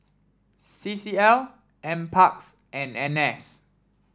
C C L NParks and N S